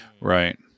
Right